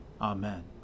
Amen